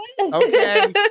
Okay